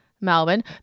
Melbourne